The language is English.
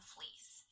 Fleece